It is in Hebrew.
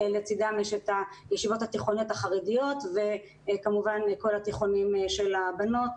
לצידם יש את הישיבות התיכוניות החרדיות וכמובן כל התיכונים של הבנות,